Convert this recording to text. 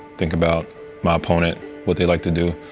think about my opponent, what they like to do.